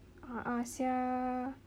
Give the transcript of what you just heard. a'ah [sial]